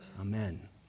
Amen